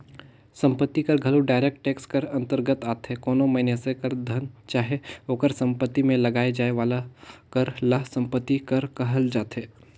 संपत्ति कर घलो डायरेक्ट टेक्स कर अंतरगत आथे कोनो मइनसे कर धन चाहे ओकर सम्पति में लगाए जाए वाला कर ल सम्पति कर कहल जाथे